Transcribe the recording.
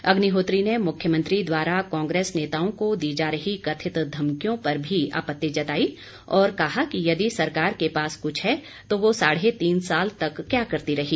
अग्निहोत्री ने मुख्यमंत्री द्वारा कांग्रेस नेताओं को दी जा रही कथित धमकियों पर भी आपत्ति जताई और कहा कि यदि सरकार के पास कुछ है तो वह साढ़े तीन साल तक क्या करती रही